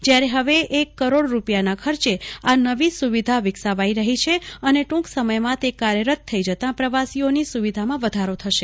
જ્યારે હવે એક કરોડ રૂપિયાના ખર્ચે આ નવી સુવિધા વિકસાવાઈ રહી છે અને ટૂંક સમયમાં તે કાર્યરત થઈ જતાં પ્રવાસીઓને સુવિધામાં વધારો થશે